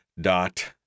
dot